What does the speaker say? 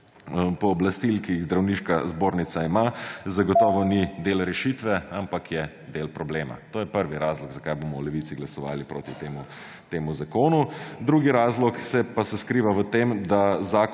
pooblastil, ki jih Zdravniška zbornica ima zagotovo ni del rešitve, ampak del problema. To je prvi razlog zakaj bomo v Levici glasovali proti temu zakonu. Drugi razlog se pa skriva v tem, da zakon